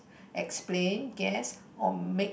explain guess or make